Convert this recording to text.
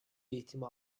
eğitimi